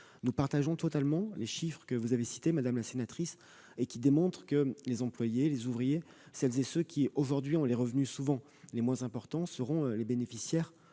Nous partageons totalement les chiffres que vous avez cités, madame Fournier, et qui démontrent que les employés, les ouvriers, celles et ceux qui ont aujourd'hui les revenus les moins importants, seront les bénéficiaires